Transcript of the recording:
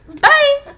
Bye